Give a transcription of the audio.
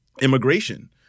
immigration